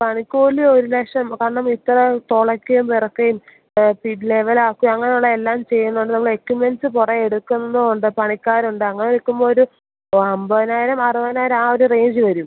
പണിക്കൂലി ഒരു ലക്ഷം കാരണം ഇത്ര തുളയ്ക്കുകയും പറിക്കുകയും ലെവലാക്കുക അങ്ങനെയുള്ള എല്ലാം ചെയ്യുന്നുണ്ട് നമ്മളെക്യുപ്മെൻസ് കുറേ എടുക്കുന്നതുകൊണ്ട് പണിക്കാരുണ്ട് അങ്ങനെ നില്ക്കുമ്പോള് ഒരു അമ്പതിനായിരം അറുപതിനായിരമാണ് ഒരു റേഞ്ച് വരുന്നത്